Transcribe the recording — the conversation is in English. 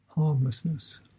Harmlessness